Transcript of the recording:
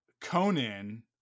conan